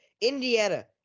Indiana